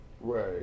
right